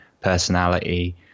personality